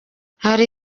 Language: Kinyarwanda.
hari